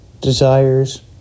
desires